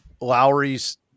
Lowry's